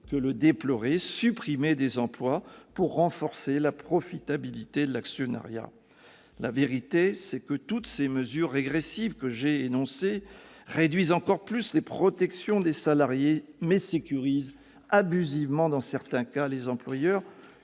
que le déplorer -, la suppression d'emplois pour renforcer la profitabilité de l'actionnariat. La vérité, c'est que toutes ces mesures régressives que j'ai énoncées réduisent encore plus les protections des salariés et sécurisent abusivement, parfois, la situation des employeurs